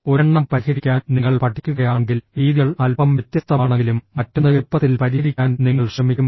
ഒരെണ്ണം പരിഹരിക്കാൻ നിങ്ങൾ പഠിക്കുകയാണെങ്കിൽ രീതികൾ അല്പം വ്യത്യസ്തമാണെങ്കിലും മറ്റൊന്ന് എളുപ്പത്തിൽ പരിഹരിക്കാൻ നിങ്ങൾ ശ്രമിക്കും